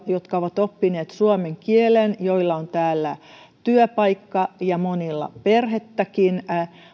jotka ovat oppineet suomen kielen ja joilla on täällä työpaikka ja monilla perhettäkin